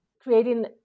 creating